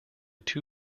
too